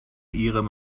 ihrem